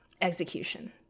execution